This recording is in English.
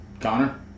connor